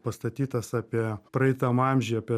pastatytas apie praeitam amžiuj apie